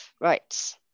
Right